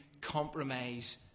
compromise